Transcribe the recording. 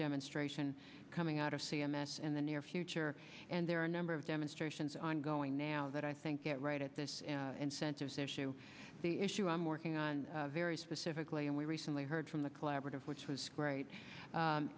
demonstration coming out of c m s in the near future and there are a number of instructions on going now that i think get right at this incentives issue the issue i'm working on very specifically and we recently heard from the collaborative which was great